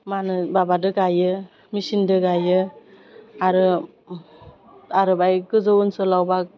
मा होनो माबाजों गायो मेचिनजों गायो आरो आरो बाय गोजौ ओनसोलाव बा